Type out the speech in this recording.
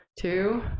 two